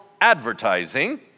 advertising